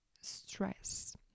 stress